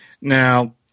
Now